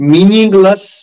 Meaningless